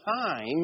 time